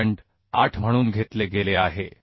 8 म्हणून घेतले गेले आहे